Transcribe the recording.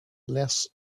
less